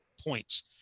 points